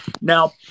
Now